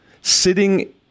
sitting